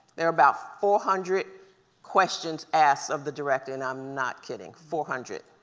there are about four hundred questions asked of the director and i'm not kidding four hundred.